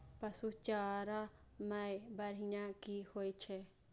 पशु चारा मैं बढ़िया की होय छै?